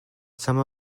some